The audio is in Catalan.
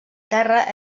terra